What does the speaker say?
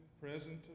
present